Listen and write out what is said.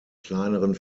kleineren